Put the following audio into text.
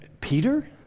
Peter